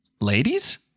ladies